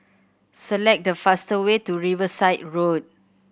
select the fast way to Riverside Road